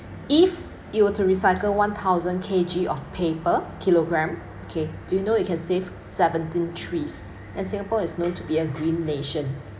if you were to recycle one thousand K_G of paper kilogram okay do you know you can save seventeen trees and singapore is known to be a green nation